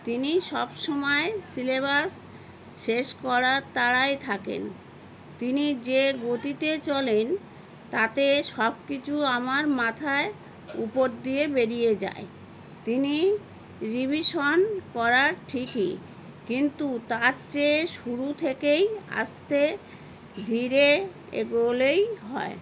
তিনি সব সময় সিলেবাস শেষ করার তাড়ায় থাকেন তিনি যে গতিতে চলেন তাতে সব কিছু আমার মাথায় উপর দিয়ে বেরিয়ে যায় তিনি রিভিশন করান ঠিকই কিন্তু তার চেয়ে শুরু থেকেই আস্তে ধীরে এগোলেই হয়